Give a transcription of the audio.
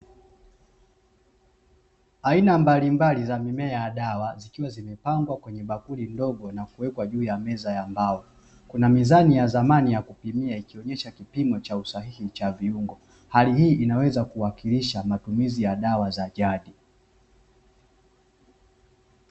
Aina mbalimbali za mimea ya dawa zikiwa zimepangwa kwenye bakuli ndogo na kuwekwa juu ya meza ya mbao, kuna mizani ya zamani ya kupimia ikionesha kipimo cha usahihi cha viungo. Hali hii inaweza kuwakilisha matumizi ya dawa za jadi.